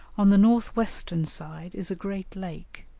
on the north-western side is a great lake,